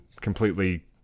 completely